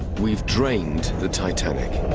we've drained the titanic